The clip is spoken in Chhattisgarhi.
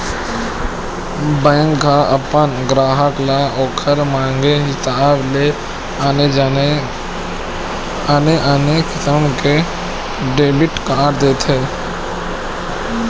बेंक ह अपन गराहक ल ओखर मांगे हिसाब ले आने आने किसम के डेबिट कारड देथे